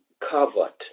covered